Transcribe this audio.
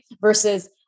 Versus